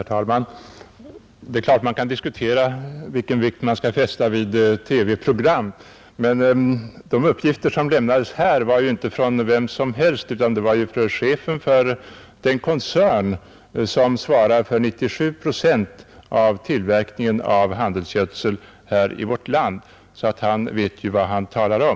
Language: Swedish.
Herr talman! Det är klart att man kan diskutera vilken vikt man skall lägga vid TV-program. Men de uppgifter som lämnades i det aktuella programmet kom ju inte från vem som helst utan från chefen för den koncern som svarar för 97 procent av tillverkningen av handelsgödsel här i landet. Han vet ju vad han talar om.